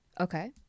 Okay